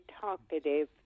talkative